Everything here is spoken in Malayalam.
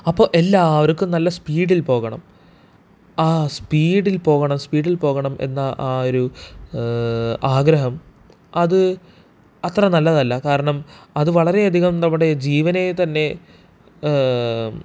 അപ്പോൾ എല്ലാവർക്കും നല്ല സ്പീഡിൽ പോകണം ആ സ്പീഡിൽ പോകണം സ്പീഡിൽ പോകണം എന്ന ആ ഒരു ആഗ്രഹം അത് അത്ര നല്ലതല്ല കാരണം അത് വളരെയധികം നമ്മുടെ ജീവനെ തന്നെ